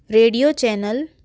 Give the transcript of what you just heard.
radio channel